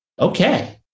Okay